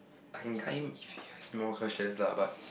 I can guide him if he has more questions lah but